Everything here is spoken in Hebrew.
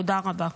תודה רבה.